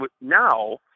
now